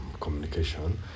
communication